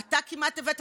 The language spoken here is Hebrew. אתה קידמת את